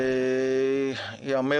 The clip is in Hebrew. והוא אמר